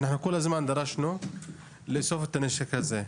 כל הזמן דרשנו לאסוף את הנשק הזה.